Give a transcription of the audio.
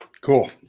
Cool